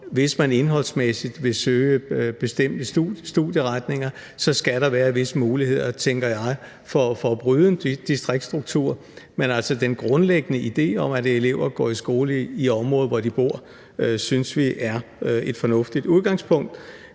hvis man indholdsmæssigt vil søge bestemte studieretninger, være visse muligheder for at bryde en distriktsstruktur. Men den grundlæggende idé om, at elever går i skole i et område, hvor de bor, synes vi er et fornuftigt udgangspunkt.